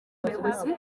umuyobozi